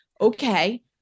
Okay